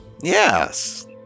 Yes